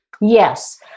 Yes